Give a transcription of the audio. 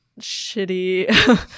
shitty